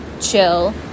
chill